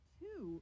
two